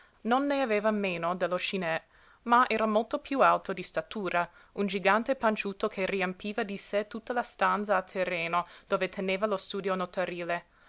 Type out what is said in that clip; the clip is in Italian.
non ne aveva meno dello scinè ma era molto piú alto di statura un gigante panciuto che riempiva di sé tutta la stanza a terreno dove teneva lo studio notarile